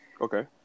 Okay